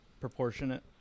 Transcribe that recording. proportionate